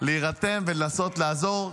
להירתם ולנסות לעזור,